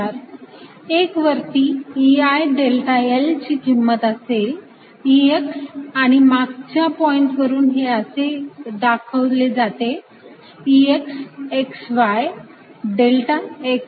1 वरती Ei delta I ची किंमत असेल Ex आणि मागच्या पॉईंटवरून हे असे दाखवले जाते Ex X Y delta X